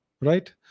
right